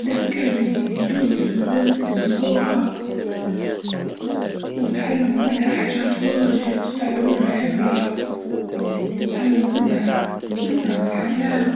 الناس كانوا يجون يسمعون يسمعوها واتعلموا منها حاجات واجد واتعلمو منها العبرة واتعلموا منها فكرة في الحياة.